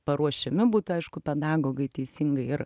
paruošiami būtų aišku pedagogai teisingai ir